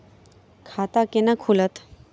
खाता केना खुलत?